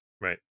Right